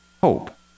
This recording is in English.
Hope